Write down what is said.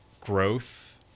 Growth